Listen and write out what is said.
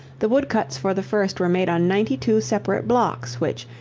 the wood-cuts for the first were made on ninety-two separate blocks which,